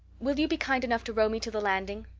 will you be kind enough to row me to the landing?